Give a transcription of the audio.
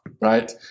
right